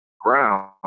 ground